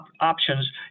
options